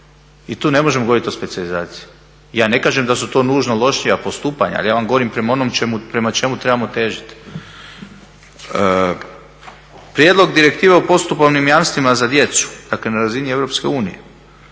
i tu ne možemo govoriti o specijalizaciji. Ja ne kažem da su to nužno lošija postupanja, ali ja vam govorim prema čemu trebamo težiti. Prijedlog direktive o postupovnim jamstvima za djecu dakle na razini EU, također